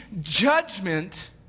judgment